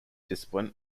discipline